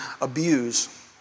abuse